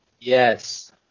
Yes